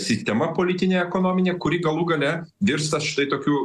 sistema politinė ekonominė kuri galų gale virsta štai tokiu